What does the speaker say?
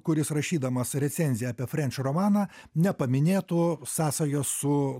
kuris rašydamas recenziją apie frenč romaną nepaminėtų sąsajos su